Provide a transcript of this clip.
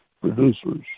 producers